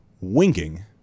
winking